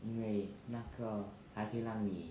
因为那个还可以让你